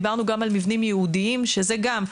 דיברנו גם על מבנים ייעודיים שזה גם,